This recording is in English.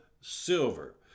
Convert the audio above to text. silver